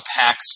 packs